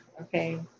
okay